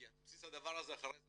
כי על בסיס הדבר הזה אנחנו